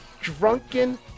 drunken